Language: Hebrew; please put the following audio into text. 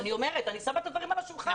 אני שמה דברים על השולחן.